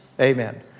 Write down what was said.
amen